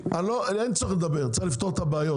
אין צורך לדבר, צריך לפתור את הבעיות.